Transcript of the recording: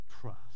trust